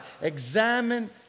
examine